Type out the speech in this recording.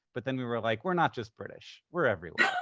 but then we were like, we're not just british. we're everywhere.